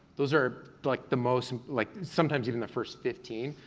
those are like the most, like sometimes even the first fifteen,